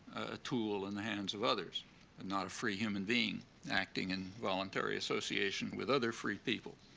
a tool in the hands of others and not a free human being acting in voluntary association with other free people.